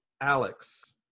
Alex